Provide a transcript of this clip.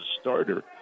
starter